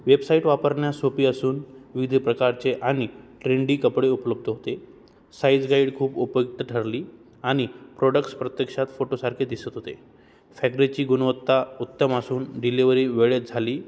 website वापरण्यास सोपी असून विविध प्रकारचे आणि ट्रेंडी कपडे उपलब्ध होते साईज गाईड खूप उपयुक्त ठरली आणि प्रॉडक्टस प्रत्यक्षात फोटोसारखे दिसत होते फॅक्टरीची गुणवत्ता उत्तम असून डिलेवरी वेळेत झाली